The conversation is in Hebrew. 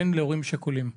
בן להורים שכולים.